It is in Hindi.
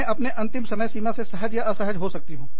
मैं अपने अंतिम समय सीमा से सहज या असहज हो सकती हूँ